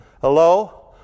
Hello